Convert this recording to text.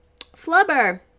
Flubber